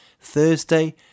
Thursday